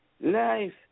life